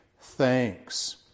thanks